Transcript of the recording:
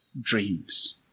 dreams